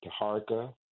Taharka